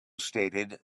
stated